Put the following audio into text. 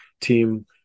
team